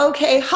Okay